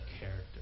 character